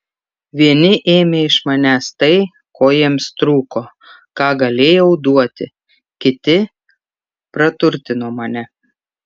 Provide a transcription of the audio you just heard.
vieni ėmė iš manęs tai ko jiems trūko ką galėjau duoti kiti praturtino mane